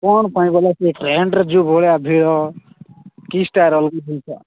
କ'ଣ ପାଇଁ ଗଲେ ସେ ଟ୍ରେଣ୍ଟରେ ଯୋଉ ଭଳିଆ ଭିଡ଼ କି ଷ୍ଟାର ଅଲଗ